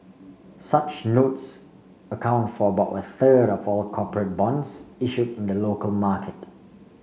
such notes account for about a third of all corporate bonds issue in the local market